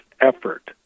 effort